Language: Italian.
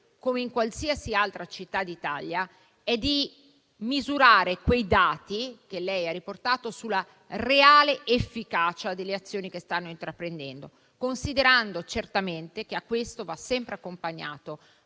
o qualsiasi altra città d'Italia è di misurare i dati che ha riportato sulla reale efficacia delle azioni che si stanno intraprendendo, considerando certamente che a questo va sempre accompagnato